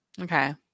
Okay